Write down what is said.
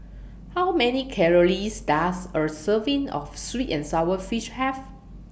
How Many Calories Does A Serving of Sweet and Sour Fish Have